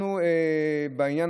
בעניין